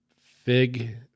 fig